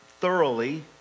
thoroughly